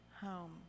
home